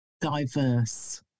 diverse